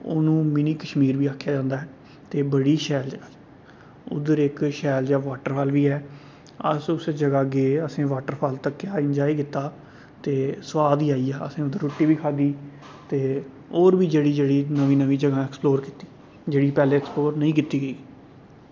औन्नू mini Kashmir बी आखेआ जंदा ऐ ते बड़ी शैल जगह उद्धर इक शैल जेहा वाटरफाल बी ऐ अस उस जगह गे असें वाटरफाल तक्केया इंजाय कीता ते सोआद ही आई गेआ ते असें उद्धर रुट्टी बी खाद्धी ते होर बी जेह्ड़ी जेह्ड़ी नमीं नमीं जगहं एक्सप्लोर कीती जेह्ड़ी पैहलां एक्सप्लोर नेईं कीती गेई